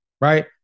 right